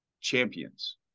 champions